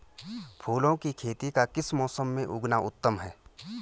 फूलों की खेती का किस मौसम में उगना उत्तम है?